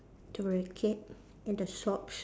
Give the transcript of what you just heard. the racket and the socks